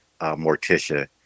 Morticia